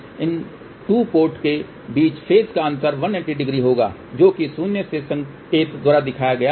इसलिए इन 2 पोर्ट के बीच फेज का अंतर 1800 होगा जो कि शून्य से संकेत द्वारा दर्शाया गया है